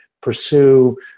pursue